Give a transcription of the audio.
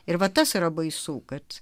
ir va tas yra baisu kad